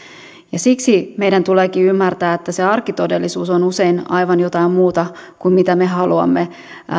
siksi meidän tuleekin ymmärtää että se arkitodellisuus on usein aivan jotain muuta kuin mitä me haluamme